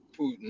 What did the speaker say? Putin